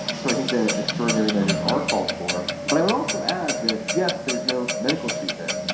so i think that extraordinary measures are called for. but i'd also add that, yes, there is no medical treatment,